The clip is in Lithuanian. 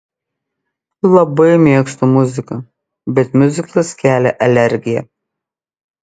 labai mėgstu muziką bet miuziklas kelia alergiją